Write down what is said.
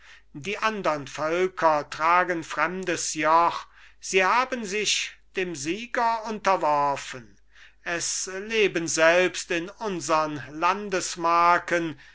die andern völker tragen fremdes joch sie haben sich dem sieger unterworfen es leben selbst in unsern